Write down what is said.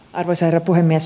arvoisa herra puhemies